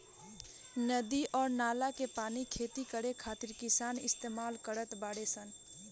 नदी अउर नाला के पानी खेती करे खातिर किसान इस्तमाल करत बाडे सन